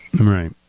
right